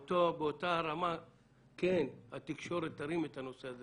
באותה רמה התקשורת תרים את הנושא הזה,